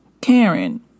Karen